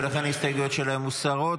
ולכן ההסתייגויות שלהם מוסרות.